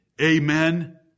Amen